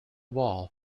wall